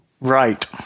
Right